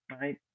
Right